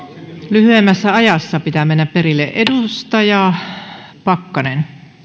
lyhyemmässä ajassa pitää mennä perille edustaja pakkanen